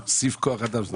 להוסיף כוח אדם.